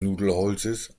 nudelholzes